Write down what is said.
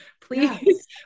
please